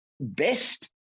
best